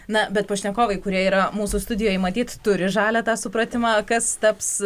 na bet pašnekovai kurie yra mūsų studijoje matyt turi žalią tą supratimą kas taps